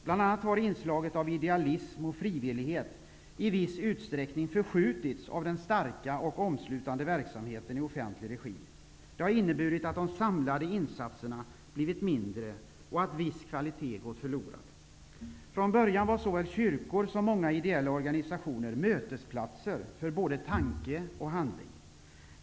Bl.a. har inslaget av idealism och frivillighet i viss utsträckning förskjutits av den starka och omslutande verksamheten i offentlig regi. Det har inneburit att de samlade insatserna blivit mindre och att viss kvalitet gått förlorad. Från början var såväl kyrkor som många ideella organisationer mötesplatser för både tanke och handling.